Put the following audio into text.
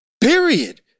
Period